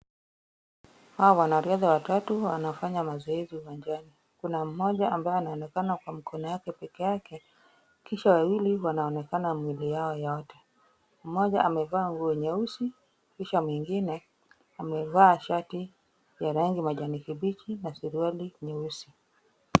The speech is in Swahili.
Hawa wanariadha watatu wanafanya mazoezi uwanjani. Kuna mmoja ambaye anaonekana kwa mkono yake peke yake, kisha wawili wanaonekana mwili yao yote. Mmoja amevaa nguo nyeusi kisha mwingine, amevaa shati ya rangi majani kibichi na suruali nyeusi.